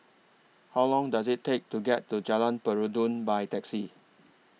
How Long Does IT Take to get to Jalan Peradun By Taxi